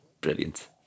brilliant